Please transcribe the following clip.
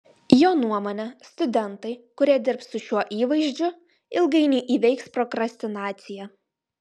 jo nuomone studentai kurie dirbs su šiuo įvaizdžiu ilgainiui įveiks prokrastinaciją